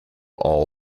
all